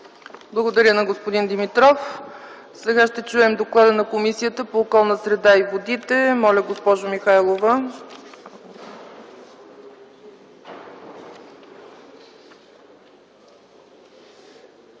Благодаря на господин Димитров. Сега ще чуем доклада на Комисията по околната среда и водите. Заповядайте, госпожо Михайлова. ДОКЛАДЧИК